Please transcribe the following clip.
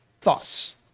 thoughts